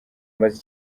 maze